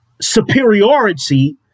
superiority